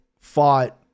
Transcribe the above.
fought